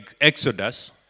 Exodus